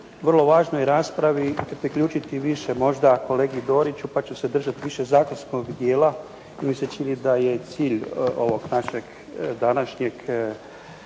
vrlo važnoj raspravi priključiti više možda kolegi Doriću pa ću se držati više zakonskog dijela jer mi se čini da je cilj ovog našeg današnjeg